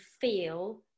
feel